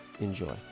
Enjoy